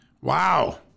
Wow